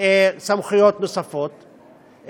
סמכויות נוספות,